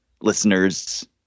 listeners